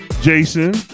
Jason